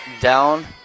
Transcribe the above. down